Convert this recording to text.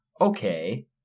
okay